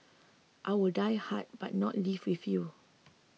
I will die but not leave with you